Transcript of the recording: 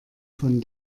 von